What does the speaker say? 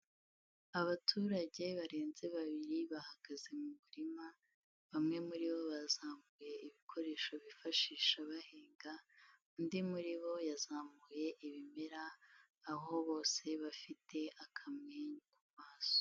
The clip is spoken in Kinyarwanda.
Abaturage barenze babiri bahagaze mu murima, bamwe muri bo bazamuye ibikoresho bifashisha bahinga, undi muri bo yazamuye ibimera, aho bose bafite akamwenyu ku maso.